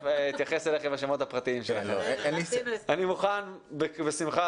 אני חושב שזה